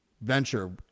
venture